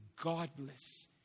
godless